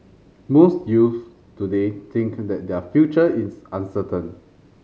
most youths today think that their future is uncertain